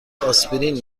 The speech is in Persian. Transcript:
آسپرین